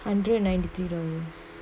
hundred and ninety three dollars